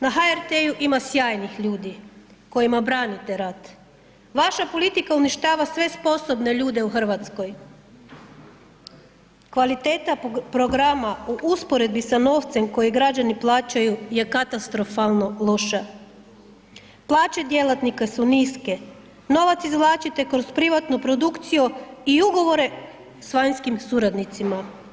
Na HRT-u ima sjajnih ljudi kojima branite rad, vaša politika uništava sve sposobne ljude u RH, kvaliteta programa u usporedbi sa novcem koji građani plaćaju je katastrofalno loša, plaće djelatnika su niske, novac izvlačite kroz privatnu produkciju i ugovore s vanjskim suradnicima.